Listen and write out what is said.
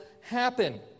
happen